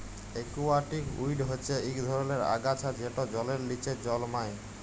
aquatic weed হচ্যে ইক ধরলের আগাছা যেট জলের লিচে জলমাই